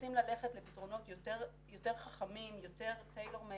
רוצים ללכת לפתרונות יותר חכמים, יותר Taylor made